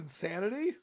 insanity